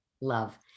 Love